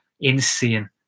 Insane